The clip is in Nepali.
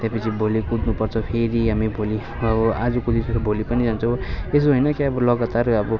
त्यहाँपछि भोलि कुद्नुपर्छ फेेरि हामी भोलि अब आज कुदिसकेर भोलि पनि जान्छौँ यसो होइन कि अब लगातार अब